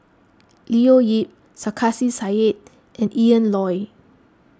Leo Yip Sarkasi Said and Ian Loy